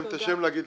בבקשה.